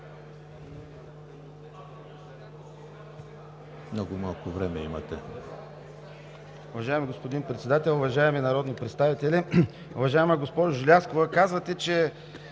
Много малко време имате.